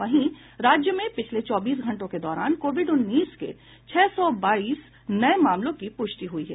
वहीं राज्य में पिछले चौबीस घंटों के दौरान कोविड उन्नीस के छह सौ बाईस नये मामलों की पुष्टि हुई है